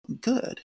good